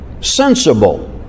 sensible